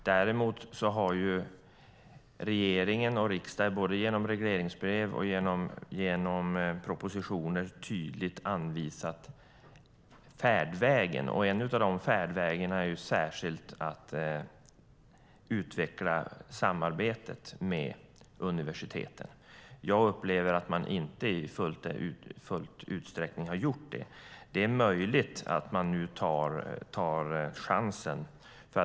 Däremot har regeringen och riksdagen både genom regleringsbrev och propositioner tydligt anvisat färdvägar, och en sådan är särskilt att utveckla samarbetet med universiteten. Jag upplever att man inte gjort detta i full utsträckning. Det är möjligt att man nu tar chansen.